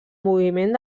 moviment